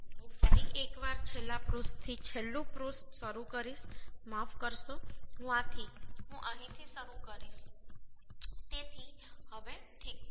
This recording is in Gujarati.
હું ફરી એકવાર છેલ્લા પૃષ્ઠથી છેલ્લું પૃષ્ઠ શરૂ કરીશ માફ કરશો હું આથી હું અહીં થી શરૂ કરીશ તેથી હવે ઠીક છે